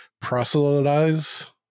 proselytize